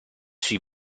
sui